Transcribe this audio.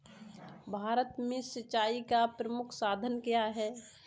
भारत में सिंचाई का प्रमुख साधन क्या है?